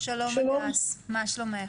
שלום הדס, מה שלומך?